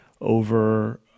over